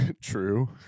True